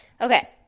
Okay